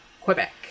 quebec